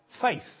faith